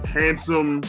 handsome